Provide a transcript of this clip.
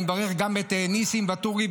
אני מברך גם את ניסים ואטורי,